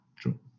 true